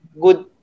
good